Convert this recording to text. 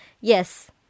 yes